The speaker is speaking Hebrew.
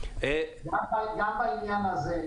--- גם בעניין הזה,